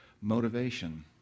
motivation